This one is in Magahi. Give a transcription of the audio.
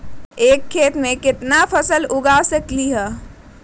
एक खेत मे केतना फसल उगाय सकबै?